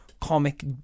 comic